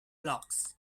blocks